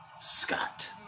Scott